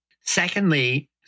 Secondly